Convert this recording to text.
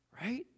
right